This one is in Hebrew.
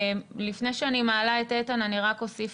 לפני שאני מעלה את איתן אני אוסיף